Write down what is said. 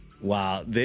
Wow